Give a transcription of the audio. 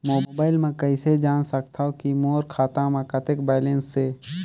Mobile म कइसे जान सकथव कि मोर खाता म कतेक बैलेंस से?